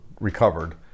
recovered